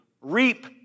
reap